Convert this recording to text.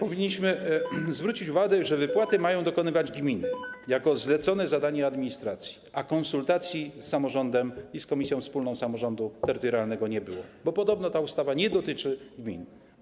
Powinniśmy zwrócić uwagę, że gminy mają dokonywać wypłat jako zleconego zadania administracji, a konsultacji z samorządem i z komisją wspólną samorządu terytorialnego nie było, bo podobno ta ustawa nie dotyczy gmin.